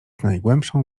najgłębszą